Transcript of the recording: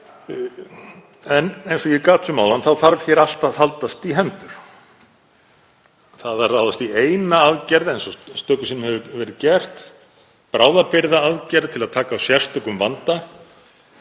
En eins og ég gat um áðan þarf allt að haldast í hendur. Það að ráðast í eina aðgerð, eins og stöku sinnum hefur verið gert, bráðabirgðaaðgerð til að taka á sérstökum vanda,